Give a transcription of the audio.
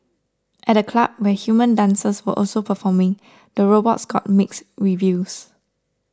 at the club where human dancers were also performing the robots got mixed reviews